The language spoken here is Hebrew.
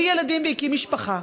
הביא ילדים והקים משפחה.